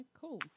cool